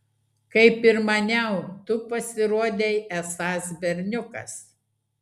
kaip ir maniau tu pasirodei esąs berniukas